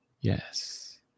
Yes